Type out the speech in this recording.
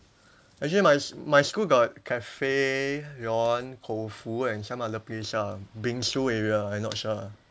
actually my my school got cafe got one koufu and some other place ah bingsu area I not sure